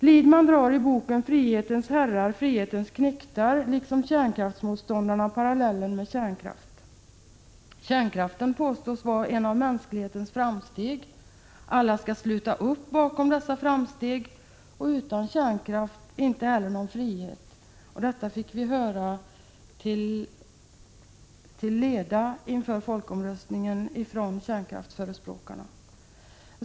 Liedman drar i boken ”Frihetens herrar — frihetens knektar” liksom kärnkraftsmotståndarna parallellen med kärnkraft. Kärnkraften påstås vara en av mänsklighetens framsteg, alla skall sluta upp bakom dessa framsteg och utan kärnkraft inte heller någon frihet. Detta fick vi höra till leda inför folkomröstningen från kärnkraftsförespråkarna.